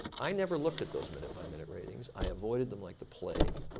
i never looked at those minute by minute ratings. i avoided them like the plague.